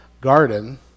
garden